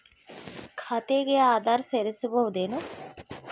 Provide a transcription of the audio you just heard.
ಖಾತೆಗೆ ಆಧಾರ್ ಸೇರಿಸಬಹುದೇನೂ?